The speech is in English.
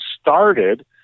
started